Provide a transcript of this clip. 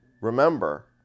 Remember